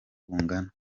bungana